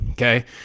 Okay